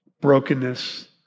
brokenness